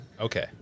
Okay